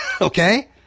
okay